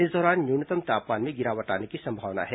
इस दौरान न्यूनतम तापमान में गिरावट आने की संभावना है